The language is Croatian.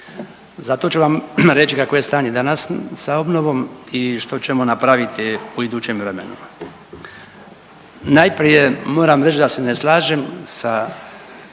Zato ću vam reći kakvo je stanje danas sa obnovom i što ćemo napraviti u idućem vremenu. Najprije moram reći da se ne slažem sa stavom